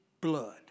blood